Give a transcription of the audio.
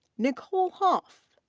nicole hoff.